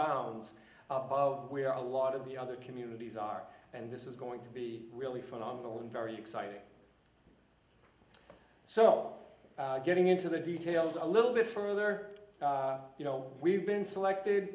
bounds of where a lot of the other communities are and this is going to be really phenomenal and very exciting so getting into the details a little bit further you know we've been selected